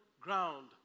ground